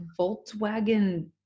Volkswagen